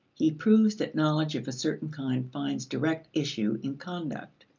he proves that knowledge of a certain kind finds direct issue in conduct.